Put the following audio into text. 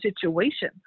situation